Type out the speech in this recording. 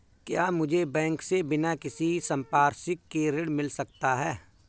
क्या मुझे बैंक से बिना किसी संपार्श्विक के ऋण मिल सकता है?